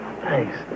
Thanks